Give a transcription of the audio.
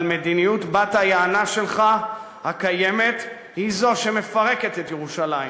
אבל מדיניות בת-היענה שלך הקיימת היא זו שמפרקת את ירושלים.